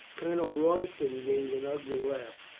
colonel royston gave an ugly laugh.